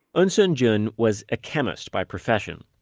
eunsoon jun was a chemist by profession.